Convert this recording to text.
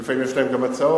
ולפעמים יש להם גם הצעות,